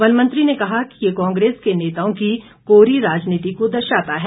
one मंत्री ने कहा कि ये कांग्रेस के नेताओं की कोरी राजनीति को दर्शाता है